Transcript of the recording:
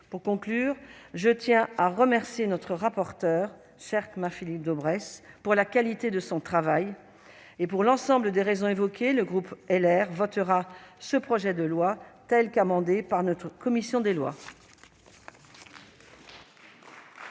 Pour conclure, je tiens à remercier notre rapporteur, cher Marc-Philippe Daubresse, de la qualité de son travail. Pour l'ensemble des raisons que j'ai évoquées, le groupe Les Républicains votera ce projet de loi tel qu'amendé par la commission des lois.